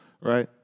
right